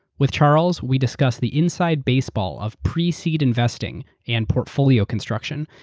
with charles, we discuss the inside baseball of pre-seed investing and portfolio construction.